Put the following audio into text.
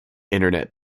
internet